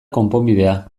konponbidea